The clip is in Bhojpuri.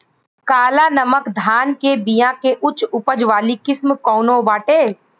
काला नमक धान के बिया के उच्च उपज वाली किस्म कौनो बाटे?